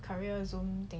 career zoom